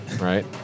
right